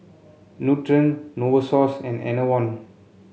Nutren Novosource and Enervon